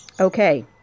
Okay